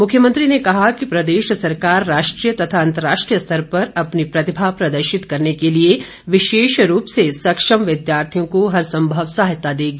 मुख्यमंत्री ने कहा कि प्रदेश सरकार राष्ट्रीय तथा अंतर्राष्ट्रीय स्तर पर अपनी प्रतिभा प्रदर्शित करने के लिए विशेष रूप से सक्षम विद्यार्थियों को हरसंभव सहायता देगी